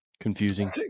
Confusing